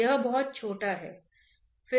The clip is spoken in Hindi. तो यह वस्तु को देखने से पहले द्रव का वेग है